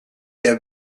der